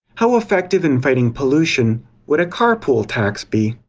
how effective in fighting pollution would a carpool tax be?